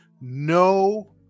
no